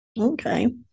Okay